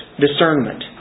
Discernment